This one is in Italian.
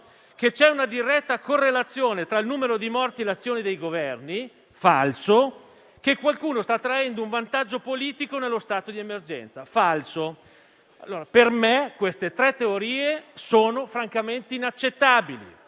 che c'è una diretta correlazione tra il numero di morti e l'azione dei Governi (ed è falso); che qualcuno stia traendo un vantaggio politico dallo stato di emergenza (ed è falso). Per me queste tre teorie sono francamente inaccettabili,